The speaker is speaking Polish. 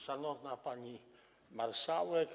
Szanowna Pani Marszałek!